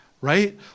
right